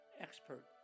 expert